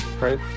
right